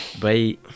Bye